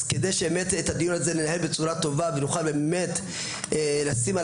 אז כדי שבאמת ננהל את הדיון הזה בצורה טובה ונוכל לשים על